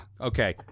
okay